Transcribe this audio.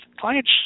client's